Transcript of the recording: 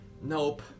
Nope